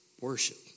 Worship